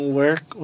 work